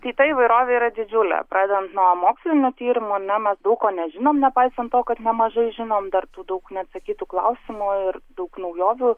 tai ta įvairovė yra didžiulė pradedant nuo mokslinių tyrimų na mes daug ko nežinom nepaisant to kad nemažai žinom dar tų daug neatsakytų klausimų ir daug naujovių